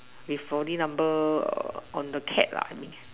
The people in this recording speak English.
with four D number on the cat lah I mean